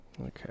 Okay